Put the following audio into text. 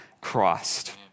Christ